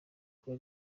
kuba